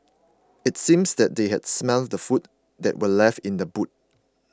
it seemed that they had smelt the food that were left in the boot